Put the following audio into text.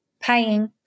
paying